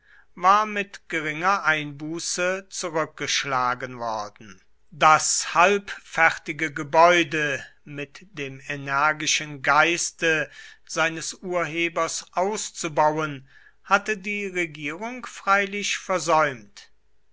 war mit geringer einbuße zurückgeschlagen worden das halbfertige gebäude mit dem energischen geiste seines urhebers auszubauen hatte die regierung freilich versäumt